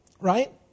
Right